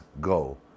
go